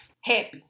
happy